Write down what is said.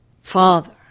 Father